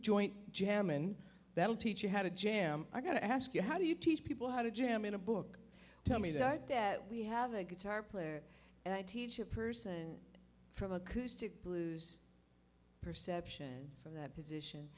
joint jam and that'll teach you how to jam i got to ask you how do you teach people how to jam in a book tell me that that we have a guitar player and i teach a person from acoustic blues perception from that position